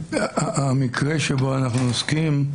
המקרה שבו אנחנו עוסקים,